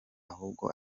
ahubwo